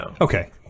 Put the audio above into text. Okay